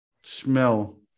smell